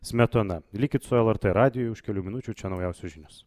smetona likit su lrt radiju už kelių minučių čia naujausios žinios